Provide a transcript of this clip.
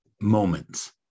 moments